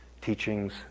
teachings